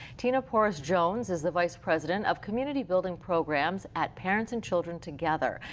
tina porras-jones is the vice president of community building programs at parents and children together.